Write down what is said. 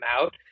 out